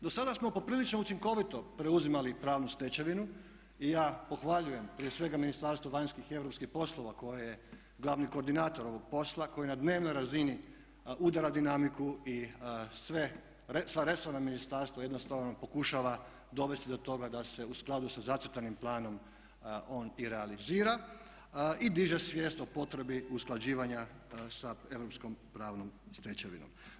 Do sada smo poprilično učinkovito preuzimali pravnu stečevinu i ja pohvaljujem prije svega Ministarstvo vanjskih i europskih poslova koje je glavni koordinator ovog posla, koji na dnevnoj razini udara dinamiku i sva resorna ministarstva jednostavno pokušava dovesti do toga da se u skladu sa zacrtanim planom on i realizira i diže svijest o potrebi usklađivanja sa europskom pravnom stečevinom.